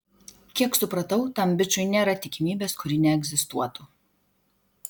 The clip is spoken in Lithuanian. kiek supratau tam bičui nėra tikimybės kuri neegzistuotų